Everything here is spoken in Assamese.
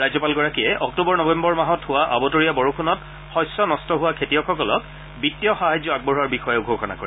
ৰাজ্যপালগৰাকীয়ে অক্টোবৰ নৱেম্বৰ মাহত হোৱা আবতৰীয়া বৰষূণত শস্য নষ্ট হোৱা খেতিয়কসকলক বিত্তীয় সাহায্য আগবঢ়োৱাৰ বিষয়েও ঘোষণা কৰে